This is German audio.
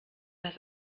das